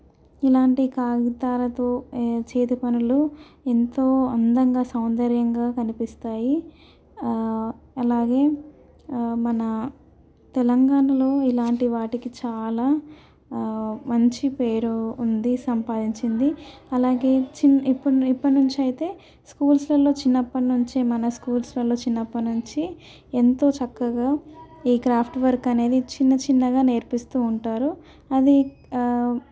ఇలాంటివి కాగితాలతో చేతి పనులు ఎంతో అందంగా సౌందర్యంగా కనిపిస్తాయి అలాగే మన తెలంగాణలో ఇలాంటి వాటికి చాలా మంచి పేరు ఉంది సంపాదించింది అలాగే చిన్న ఇప్పుడు ఇప్పటి నుంచైతే స్కూల్స్లల్లో చిన్నప్పటి నుంచి మన స్కూల్స్లలో చిన్నప్పటి నుంచి ఎంతో చక్కగా ఈ క్రాఫ్ట్ వర్క్ అనేది చిన్న చిన్నగా నేర్పిస్తూ ఉంటారు అది